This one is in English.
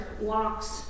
walks